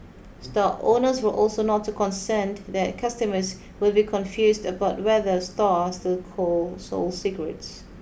store owners were also not too concerned that customers would be confused about whether store still cold sold cigarettes